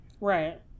Right